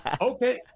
Okay